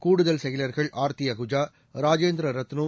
கூடுதல் செயல்கள் ஆர்த்தி அஹுஜா ராஜேந்திர ரத்னு